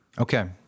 Okay